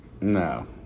No